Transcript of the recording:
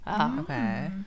Okay